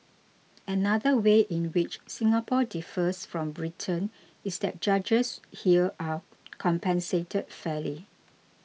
another way in which Singapore differs from Britain is that judges here are compensated fairly